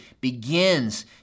begins